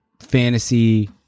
fantasy